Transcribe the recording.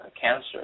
cancer